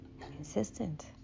consistent